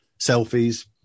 selfies